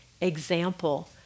example